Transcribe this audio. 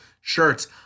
shirts